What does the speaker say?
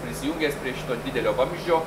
prisijungęs prie šito didelio vamzdžio